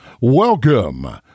Welcome